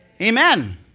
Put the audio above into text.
Amen